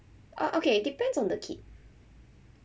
ah okay it depends on the kid